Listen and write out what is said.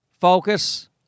focus